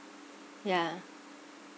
yeah